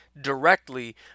directly